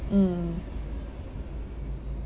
mm